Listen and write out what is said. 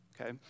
Okay